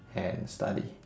and study